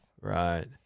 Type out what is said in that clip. Right